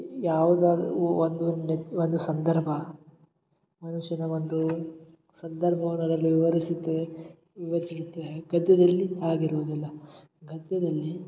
ಯಾವುದಾದರೂ ಒಂದು ನೆ ಒಂದು ಸಂದರ್ಭ ಮನುಷ್ಯನ ಒಂದು ಸಂದರ್ಭವೊನರಲ್ಲಿ ವಿವರಿಸಿದ್ದೆ ವಿವರಿಸಿರುತ್ತೆ ಗದ್ಯದಲ್ಲಿ ಹಾಗಿರುವುದಿಲ್ಲ ಗದ್ಯದಲ್ಲಿ